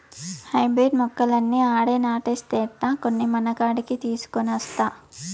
hybrid మొక్కలన్నీ ఆడే నాటేస్తే ఎట్టా, కొన్ని మనకాడికి తీసికొనొస్తా